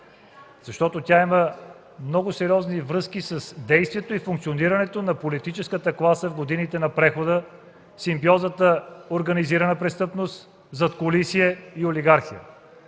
Защото тя има много сериозни връзки с действието и функционирането на политическата класа в годините на прехода, симбиозата „организирана престъпност – задкулисие – олигархия”.